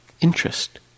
Interest